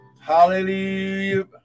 Hallelujah